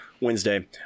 Wednesday